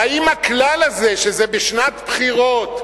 והאם הכלל הזה, שזה בשנת בחירות,